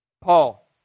Paul